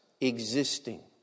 existing